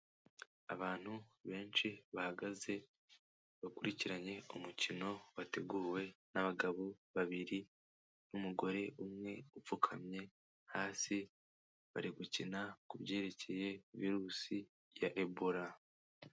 Abantu benshi bahagaze, bakurikiranye umukino wateguwe n'abagabo babiri n'umugore umwe upfukamye hasi, bari gukina kubyerekeye virusi ya Ebola.